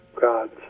God's